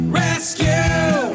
rescue